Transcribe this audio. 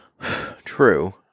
True